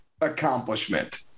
accomplishment